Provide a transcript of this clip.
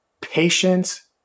patience